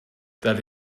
that